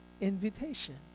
invitation